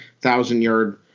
thousand-yard